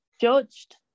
judged